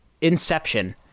Inception